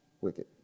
Wicked